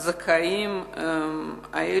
לגבי הזכאים האלה,